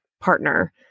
partner